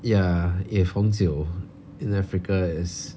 ya if 红酒 in africa is